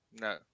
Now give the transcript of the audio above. No